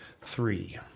three